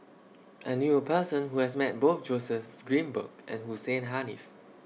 I knew A Person Who has Met Both Joseph Grimberg and Hussein Haniff